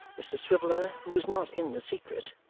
mr swiveller, who was not in the secret,